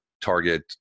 Target